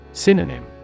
Synonym